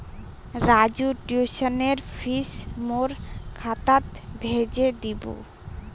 राजूर ट्यूशनेर फीस मोर खातात भेजे दीबो